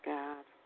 God